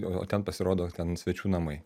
o ten pasirodo ten svečių namai